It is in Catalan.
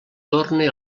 torne